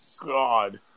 God